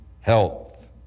health